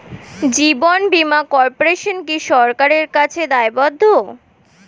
জীবন বীমা কর্পোরেশন কি সরকারের কাছে দায়বদ্ধ?